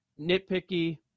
Nitpicky